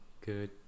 Good